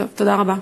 תודה רבה.